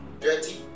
dirty